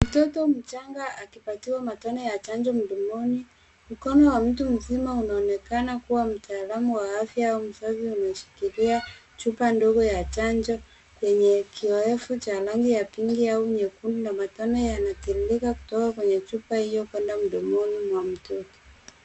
Mtoto mchanga akipatiwa matone ya chanjo mdomoni, mkono wa mtu mzima unaonekana kuwa mtaalum wa afya, au mzazi umeshikilia chupa ndogo ya chanjo, yenye kioevu cha rangi ya pinki, au nyekundu, na matone yanatiririka kutoka kwenye chupa hiyo kwenda mdomoni mwa mtoto.